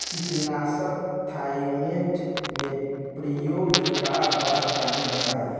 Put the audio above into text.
कीटनाशक थाइमेट के प्रयोग का बा तनि बताई?